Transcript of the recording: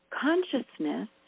Consciousness